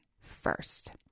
first